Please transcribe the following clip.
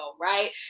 right